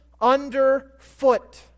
underfoot